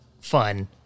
fun